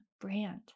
brand